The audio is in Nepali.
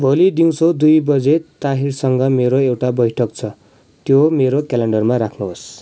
भोलि दिउँसो दुई बजे ताहिरसँग मेरो एउटा बैठक छ त्यो मेरो क्यालेन्डरमा राख्नुहोस्